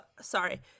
Sorry